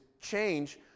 change